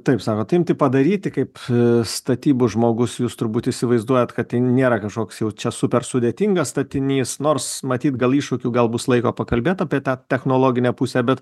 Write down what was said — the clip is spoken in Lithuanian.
taip sakot imti padaryti kaip statybų žmogus jūs turbūt įsivaizduojat kad tai nėra kažkoks jau čia super sudėtingas statinys nors matyt gal iššūkių gal bus laiko pakalbėt apie tą technologinę pusę bet